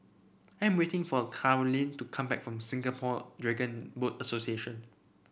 I am waiting for Karolyn to come back from Singapore Dragon Boat Association